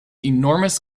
enormous